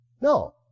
No